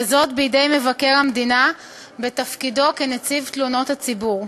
בידי מבקר המדינה בתפקידו כנציב תלונות הציבור.